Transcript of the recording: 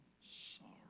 sorry